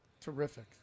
Terrific